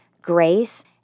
Grace